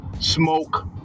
smoke